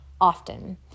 often